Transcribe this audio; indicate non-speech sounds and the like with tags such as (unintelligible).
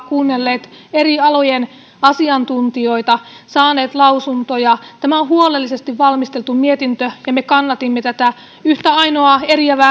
(unintelligible) kuunnelleet eri alojen asiantuntijoita saaneet lausuntoja tämä on huolellisesti valmisteltu mietintö ja tätä yhtä ainoaa